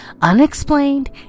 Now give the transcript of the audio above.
unexplained